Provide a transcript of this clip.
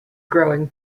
growing